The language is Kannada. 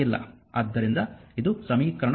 ಆದ್ದರಿಂದ ಇದು ಸಮೀಕರಣ 1